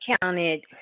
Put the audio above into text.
counted